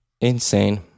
Insane